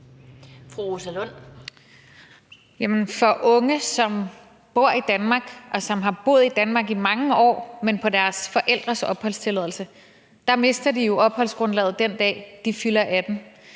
for unge, som bor i Danmark, og som har boet i Danmark i mange år – men på deres forældres opholdstilladelse – betyder det jo, at de mister opholdsgrundlaget den dag, de fylder 18 år.